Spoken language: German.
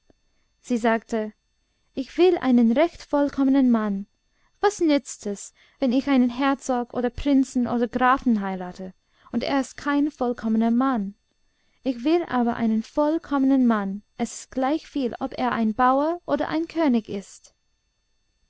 sie sagte ich will einen recht vollkommenen mann was nützt es wenn ich einen herzog oder prinzen oder grafen heirate und er ist kein vollkommener mann ich will aber einen vollkommenen mann es ist gleichviel ob er ein bauer oder ein könig ist